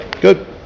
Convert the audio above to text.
Good